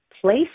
place